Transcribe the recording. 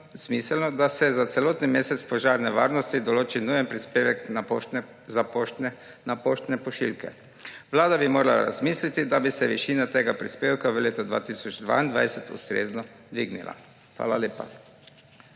da se za celoten mesec požarne varnosti določi nujen prispevek na poštne pošiljke. Vlada bi morala razmisliti, da bi se višina tega prispevka v letu 2022 ustrezno dvignila. Hvala lepa.